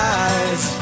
eyes